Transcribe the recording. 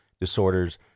disorders